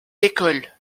école